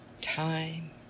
time